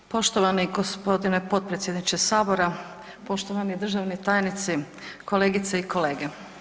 Poštovani g. potpredsjedniče Sabora, poštovani državni tajnici, kolegice i kolege.